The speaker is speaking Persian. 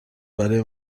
برای